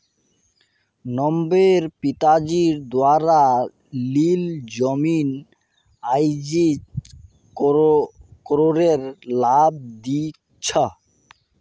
नब्बेट पिताजी द्वारा लील जमीन आईज करोडेर लाभ दी छ